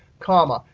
comma,